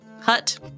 hut